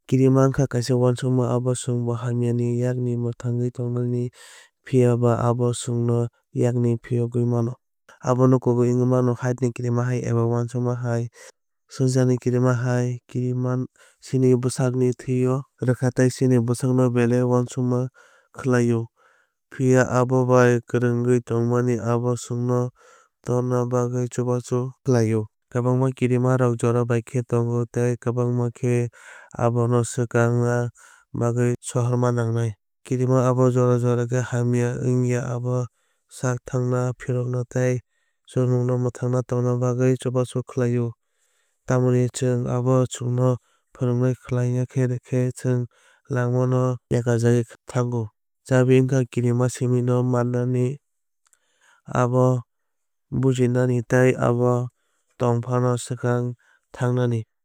Kirima wngkha kaisa uansukma abo chwngbo hamya ni yakni mwthangwi tongnani phiyaba abo chwngno yakni phiyogwi mano. Abono kubui wngwi mano heights ni kirima hai eba uansukma hai swchar ni kirima hai kirima. Chini bwkhano thwiwi rwkha tei chini bwkhano belai wasukma khlaio. Phiya abo bai kwrwngwi tongmani abo chwngno torna bagwi chubachu khlaio. Kwbangma kirimarok jora bai khe tongo tei kwbangma khe abono swkakna bagwi sahorma nangnai. Kirima abo jora jora khe hamya wngya abo saktharna phirogna tei chwngno mwthangwi tongna bagwi chubachu khlaio. Tamoni chwng abo chwngno phwrungmung khlaiwi rwkhe chwng langmano yakarjakgui thango. Chabi wngkha kirima no siwi mannani abo bujinani tei abo tongphano swkang thangnani.